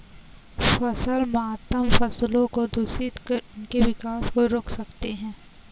फसल मातम फसलों को दूषित कर उनके विकास को रोक सकते हैं